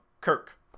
Kirk